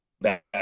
back